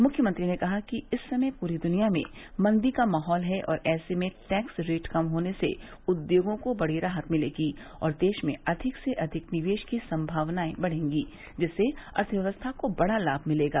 मुख्यमंत्री ने कहा कि इस समय पूरी दुनिया में मंदी का माहौल है और ऐसे में टैक्स रेट कम होने से उद्योगों को बड़ी राहत मिलेगी और देश में अधिक से अधिक निवेश की सम्मावनायें बढ़ेगी जिससे अर्थव्यवस्था को बड़ा लाभ मिलेगा